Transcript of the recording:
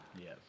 Yes